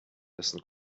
dessen